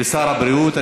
לשר הבריאות.